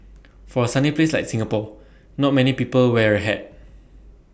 for A sunny place like Singapore not many people wear A hat